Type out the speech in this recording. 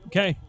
Okay